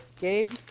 Gabe